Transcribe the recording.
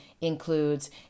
includes